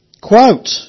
Quote